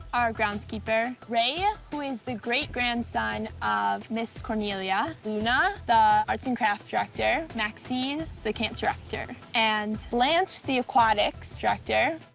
our groundskeeper, ray, ah who is the great grandson of miss cornelia, luna, the arts and crafts director, maxine the camp director, and blanche, the aquatics director.